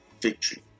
victory